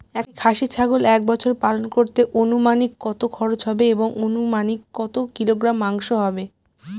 একটি খাসি ছাগল এক বছর পালন করতে অনুমানিক কত খরচ হবে এবং অনুমানিক কত কিলোগ্রাম মাংস হবে?